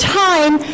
time